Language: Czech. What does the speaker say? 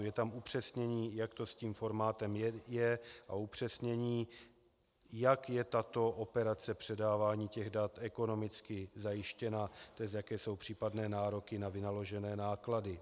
Je tam upřesnění, jak to s tím formátem je, a upřesnění, jak je tato operace předávání dat ekonomicky zajištěna, tj. jaké jsou případné nároky na vynaložené náklady.